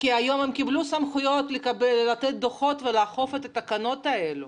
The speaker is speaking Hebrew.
היום הם קיבלו סמכויות לתת דוחות ולאכוף את התקנות האלה.